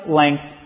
length